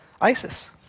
ISIS